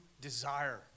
desire